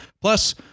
Plus